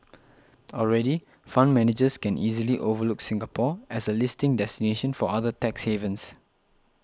already fund managers can easily overlook Singapore as a listing destination for other tax havens